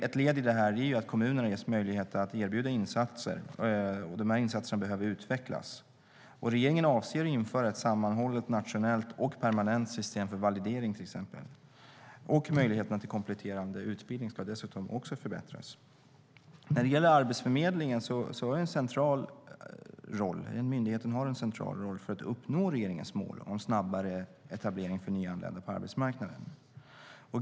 Ett led i detta är att kommunerna ges möjlighet att erbjuda insatser, och dessa insatser behöver utvecklas. Regeringen avser att införa ett sammanhållet nationellt och permanent system för validering. Möjligheterna till kompletterande utbildning kommer också att förbättras. Arbetsförmedlingen har en central roll i att uppnå regeringens mål om snabbare etablering för nyanlända på arbetsmarknaden.